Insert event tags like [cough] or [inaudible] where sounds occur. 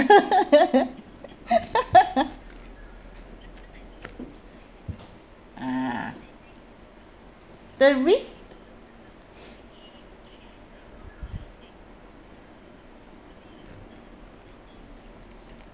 [laughs] ah the risk